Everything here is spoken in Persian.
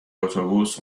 اتوبوس